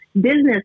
business